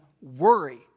worry